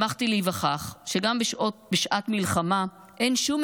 שמחתי להיווכח שגם בשעת מלחמה אין שום